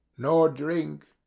nor drink.